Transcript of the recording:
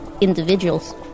Individuals